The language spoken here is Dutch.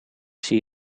zie